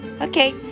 Okay